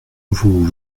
vous